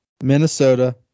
Minnesota